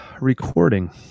recording